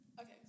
Okay